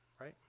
right